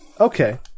Okay